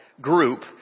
group